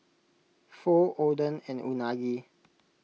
Pho Oden and Unagi